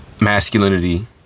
masculinity